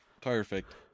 Perfect